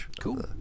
Cool